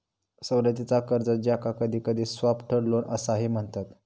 सवलतीचा कर्ज, ज्याका कधीकधी सॉफ्ट लोन असाही म्हणतत